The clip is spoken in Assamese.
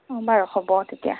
অ বাৰু হ'ব তেতিয়া